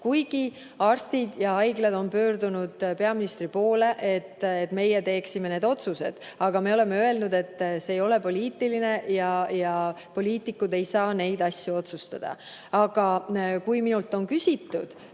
kuigi arstid ja haiglad on pöördunud peaministri poole, et meie nüüd teeksime need otsused. Aga me oleme öelnud, et see ei ole poliitiline küsimus ja poliitikud ei saa neid asju otsustada. Aga kui minult on küsitud,